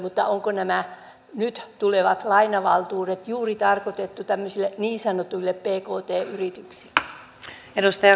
mutta onko nämä nyt tulevat lainavaltuudet juuri tarkoitettu tämmöisille niin sanotuille pkt yrityksille